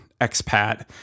expat